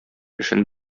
эшен